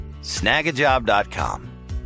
Snagajob.com